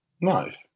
Nice